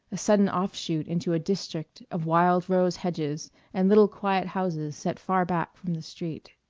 a sudden offshoot into a district of wild rose hedges and little quiet houses set far back from the street.